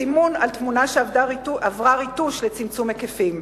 סימון על תמונה שעברה ריטוש לצמצום היקפים.